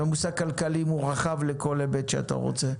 והמושג כלכליים הוא רחב לכל היבט שאתה רוצה.